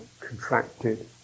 contracted